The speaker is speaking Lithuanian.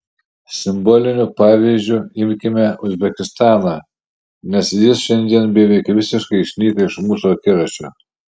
simboliniu pavyzdžiu imkime uzbekistaną nes jis šiandien beveik visiškai išnyko iš mūsų akiračio